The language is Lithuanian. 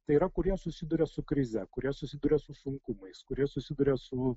tai yra kurie susiduria su krize kurie susiduria su sunkumais kurie susiduria su